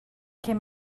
came